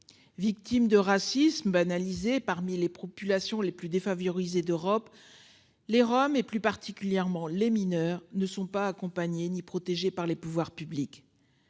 Victime de racisme banalisé parmi les populations les plus défavorisées d'Europe. Les Roms et plus particulièrement les mineurs ne sont pas accompagnés ni protégé par les pouvoirs publics.